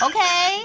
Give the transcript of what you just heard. Okay